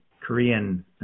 Korean